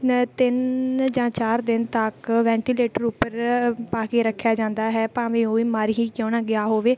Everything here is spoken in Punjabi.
ਤਿੰਨ ਜਾਂ ਚਾਰ ਦਿਨ ਤੱਕ ਵੈਂਟੀਲੇਟਰ ਉੱਪਰ ਪਾ ਕੇ ਰੱਖਿਆ ਜਾਂਦਾ ਹੈ ਭਾਵੇਂ ਉਹ ਮਰ ਹੀ ਕਿਉਂ ਨਾ ਗਿਆ ਹੋਵੇ